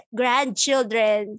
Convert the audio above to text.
grandchildren